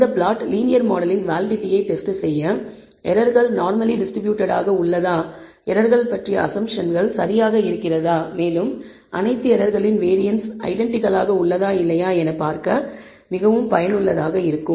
இந்த flat linear மாடலின் வேலிடிட்டியை டெஸ்ட் செய்ய எரர்கள் நார்மலி டிஸ்ட்ரிபூட்டட் ஆக உள்ளதா எரர்கள் பற்றிய அஸம்ப்ஷன்கள் சரியாக இருக்கிறதா மேலும் அனைத்து எரர்களின் வேரியன்ஸ் ஐடெண்டிகல் ஆக உள்ளதா இல்லையா என பார்க்க மிகவும் பயனுள்ளதாக இருக்கும்